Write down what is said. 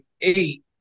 eight